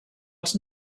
els